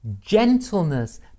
gentleness